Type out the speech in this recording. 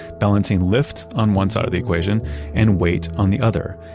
balancing lift on one side of the equation and weight on the other.